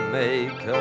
make